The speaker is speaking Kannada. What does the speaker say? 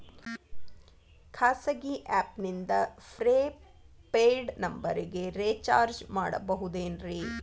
ಖಾಸಗಿ ಆ್ಯಪ್ ನಿಂದ ಫ್ರೇ ಪೇಯ್ಡ್ ನಂಬರಿಗ ರೇಚಾರ್ಜ್ ಮಾಡಬಹುದೇನ್ರಿ?